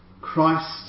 Christ